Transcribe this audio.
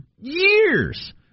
years